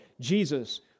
Jesus